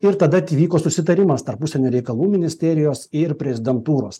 ir tada atvyko susitarimas tarp užsienio reikalų ministerijos ir prezidentūros